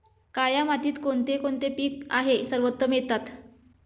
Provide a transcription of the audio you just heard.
काया मातीत कोणते कोणते पीक आहे सर्वोत्तम येतात?